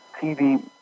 TV